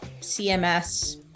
CMS